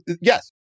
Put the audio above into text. yes